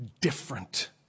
different